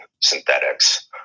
synthetics